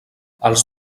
els